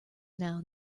now